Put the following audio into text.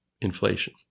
inflation